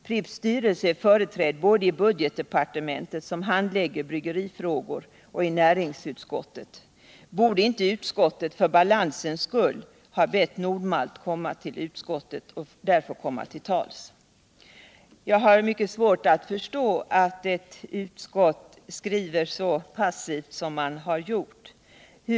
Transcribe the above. Pripps styrelse är företrädd både i budgetdepartementet, som handlägger bryggerifrågor, och i näringsutskottet. Borde inte utskottet för balansens skull ha bett Nord-Malt komma till utskottet för att där få komma till tals? Jag har mycket svårt att förstå att ett utskott skriver så passivt som man har gjort här.